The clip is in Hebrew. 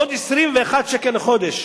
עוד 21 שקלים לחודש,